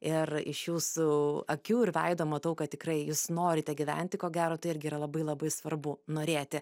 ir iš jūsų akių ir veido matau kad tikrai jūs norite gyventi ko gero tai irgi yra labai labai svarbu norėti